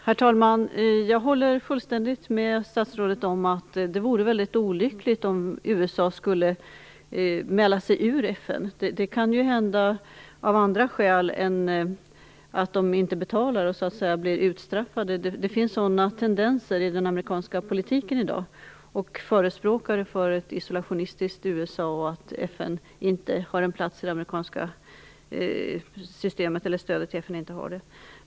Herr talman! Jag håller fullständigt med statsrådet om att det vore väldigt olyckligt om USA skulle mäla sitt utträde ur FN. Det kan ju hända av andra skäl än att USA inte betalar och så att säga blir utstraffat. Det finns sådana tendenser i den amerikanska politiken i dag. Det finns förespråkare för ett isolationistiskt USA och för att stödet till FN inte har någon plats i det amerikanska systemet.